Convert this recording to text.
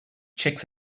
chicks